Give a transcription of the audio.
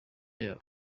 yabo